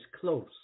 close